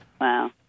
wow